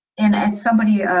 and as somebody.